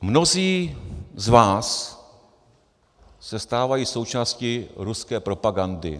Mnozí z vás se stávají součástí ruské propagandy.